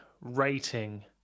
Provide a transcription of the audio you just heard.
rating